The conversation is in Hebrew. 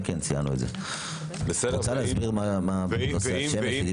רוצה להסביר לגבי השמש?